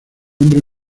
nombre